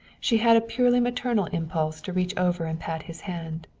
she had a purely maternal impulse to reach over and pat his hand.